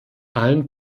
allen